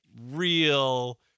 real